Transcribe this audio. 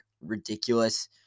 ridiculous